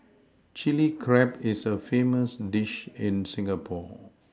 Chilli Crab is a famous dish in Singapore